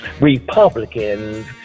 Republicans